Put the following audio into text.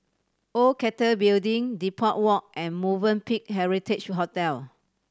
Old Cathay Building Depot Walk and Movenpick Heritage Hotel